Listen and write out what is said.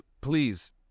please